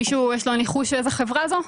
למישהו יש ניחוש איזו חברה זו?